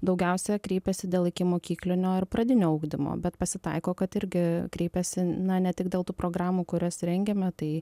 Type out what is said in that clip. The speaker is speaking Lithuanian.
daugiausia kreipiasi dėl ikimokyklinio ir pradinio ugdymo bet pasitaiko kad irgi kreipiasi ne tik dėl tų programų kurias rengiame tai